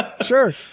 sure